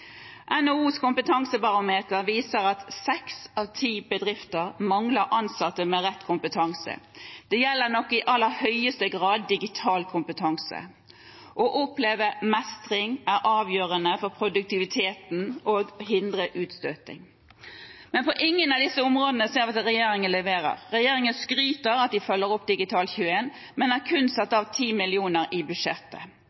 NHOs kompetansebarometer viser at seks av ti bedrifter mangler ansatte med rett kompetanse. Det gjelder nok i aller høyeste grad digital kompetanse. Å oppleve mestring er avgjørende for produktiviteten og for å hindre utstøting. På ingen av disse områdene ser vi at regjeringen leverer. Regjeringen skryter av at de følger opp Digital21, men har kun satt